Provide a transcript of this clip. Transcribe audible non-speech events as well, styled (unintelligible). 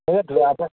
(unintelligible)